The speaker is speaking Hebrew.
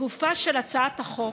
לגופה של הצעת החוק,